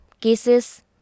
cases